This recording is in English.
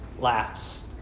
laughs